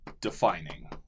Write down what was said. defining